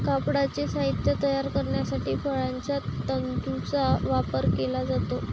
कापडाचे साहित्य तयार करण्यासाठी फळांच्या तंतूंचा वापर केला जातो